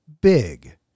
big